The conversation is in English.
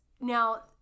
Now